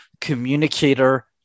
Communicator